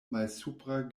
malsupra